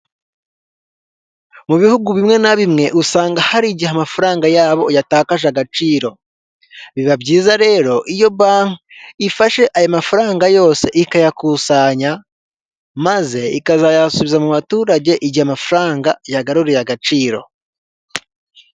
Mu bihugu bimwe na bimwe usanga hari igihe amafaranga yabo yatakaje agaciro biba byiza rero iyo banki ifashe ayo mafaranga yose ikayakusanya maze ikazayasubiza mu baturage igihe amafaranga yagaruriye agaciro .